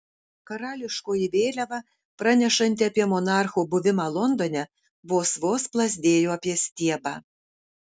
karališkoji vėliava pranešanti apie monarcho buvimą londone vos vos plazdėjo apie stiebą